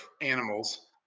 animals